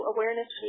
Awareness